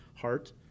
heart